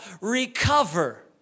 recover